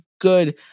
good